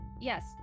Yes